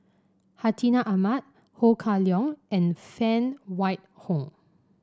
Hartinah Ahmad Ho Kah Leong and Phan Wait Hong